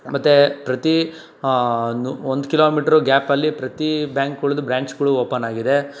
ಮತ್ತು ಪ್ರತಿ ಒಂದು ಕಿಲೊಮೀಟ್ರು ಗ್ಯಾಪಲ್ಲಿ ಪ್ರತಿ ಬ್ಯಾಂಕ್ಗಳ್ದು ಬ್ರ್ಯಾಂಚ್ಗಳು ಓಪನ್ ಆಗಿದೆ